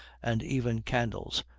and even candles,